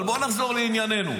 אבל בואו נחזור לענייננו.